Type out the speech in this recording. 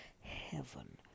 heaven